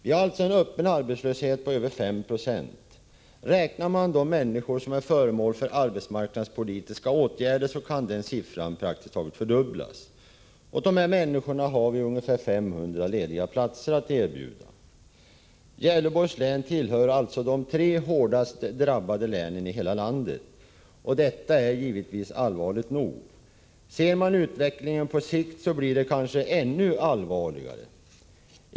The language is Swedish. Vi har därmed en öppen arbetslöshet på över 5 90. Räknar man in de människor som är föremål för arbetsmarknadspolitiska åtgärder kan den siffran praktiskt taget fördubblas. Åt dessa männsikor har vi ungefär 500 lediga platser att erbjuda. Gävleborgs län tillhör alltså de tre hårdast drabbade länen i hela landet. Detta är allvarligt nog. Ser man utvecklingen på sikt, finner man att det kanske blir ännu allvarligare.